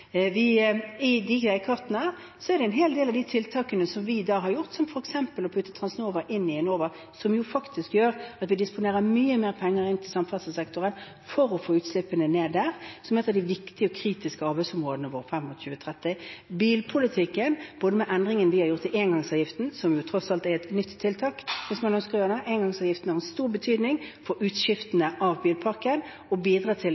I de veikartene er en hel del av de tiltakene som vi har gjort, som f.eks. å putte Transnova inn i Enova, som faktisk gjør at de disponerer mye mer penger inn til samferdselssektoren, for å få utslippene ned der. Det er et av de viktige og kritiske arbeidsområdene våre frem mot 2030. I bilpolitikken har vi gjort endringer i engangsavgiften, som tross alt er et nytt tiltak – hvis man ønsker det. Engangsavgiften har stor betydning for utskiftingen av bilparken og bidrar til